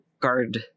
guard